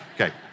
Okay